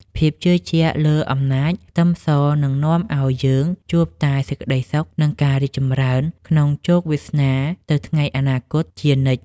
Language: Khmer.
ភាពជឿជាក់លើអំណាចខ្ទឹមសនឹងនាំឱ្យយើងជួបតែសេចក្តីសុខនិងការរីកចម្រើនក្នុងជោគវាសនាទៅថ្ងៃអនាគតជានិច្ច។